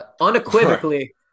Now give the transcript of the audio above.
unequivocally